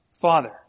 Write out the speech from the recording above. Father